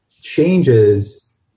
changes